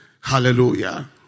Hallelujah